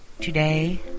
Today